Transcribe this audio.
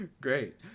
Great